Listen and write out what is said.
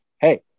hey